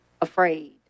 afraid